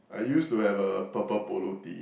I used to have a purple polo tee